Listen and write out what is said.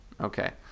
Okay